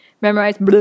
Memorize